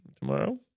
tomorrow